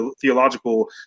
theological